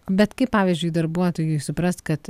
bet kaip pavyzdžiui darbuotojui suprast kad